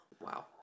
wow